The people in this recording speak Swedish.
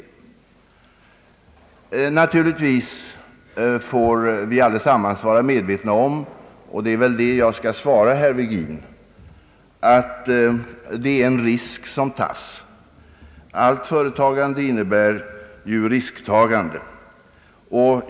Naturligtvis måste vi allesammans vara medvetna om, herr Virgin, att det är en risk som tas. Alli företagande innebär också risktagande.